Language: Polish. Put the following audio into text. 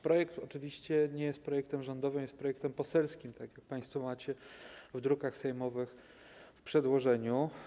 Projekt ustawy oczywiście nie jest projektem rządowym, jest projektem poselskim, jak państwo macie w drukach sejmowych w przedłożeniu.